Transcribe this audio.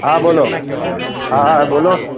હા બોલો હા હા બોલો